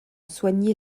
soigné